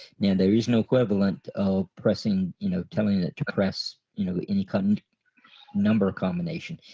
now there is no equivalent of pressing you know telling it to press you know any kind number of combination.